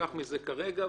נשכח מזה כרגע,